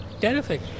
Terrific